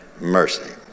mercy